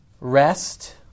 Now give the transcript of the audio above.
rest